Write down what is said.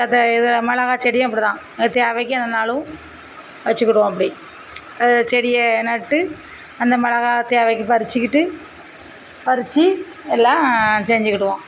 அதை இது மிளகாய் செடியும் அப்படிதான் தேவைக்கு இல்லைனாலும் வச்சுக்குடுவோம் அப்படி செடியை நட்டு அந்த மிளகாய் தேவைக்கு பறிச்சுக்கிட்டு பறிச்சு எல்லாம் செஞ்சுக்கிடுவோம்